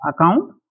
account